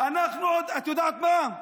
את יודעת מה,